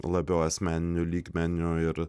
labiau asmeniniu lygmeniu ir